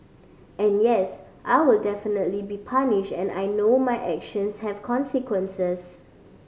and yes I will definitely be punished and I know my actions have consequences